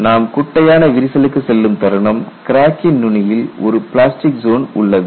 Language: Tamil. நாம் குட்டையான விரிசலுக்குச் செல்லும் தருணம் கிராக்கின் நுனியில் ஒரு பிளாஸ்டிக் ஜோன் உள்ளது